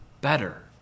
better